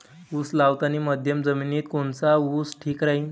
उस लावतानी मध्यम जमिनीत कोनचा ऊस ठीक राहीन?